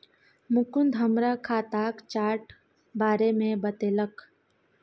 मुकुंद हमरा खाताक चार्ट बारे मे बतेलक